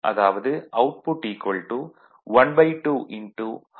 அதாவது அவுட்புட் 1210010001